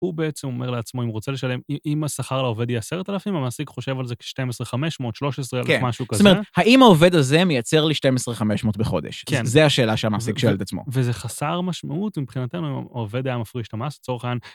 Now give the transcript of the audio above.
הוא בעצם אומר לעצמו, אם הוא רוצה לשלם, אם השכר לעובד יהיה עשרת אלפים, המעסיק חושב על זה כ-12,500, 13,000, משהו כזה. זאת אומרת, האם העובד הזה מייצר לי 12,500 בחודש? כן. זו השאלה שהמעסיק שואל את עצמו. וזה חסר משמעות מבחינתנו, אם העובד היה מפריש את המס, לצורך העניין...